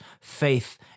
Faith